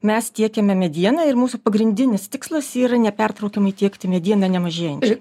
mes tiekiame medieną ir mūsų pagrindinis tikslas yra nepertraukiamai tiekti medieną nemažėjančiai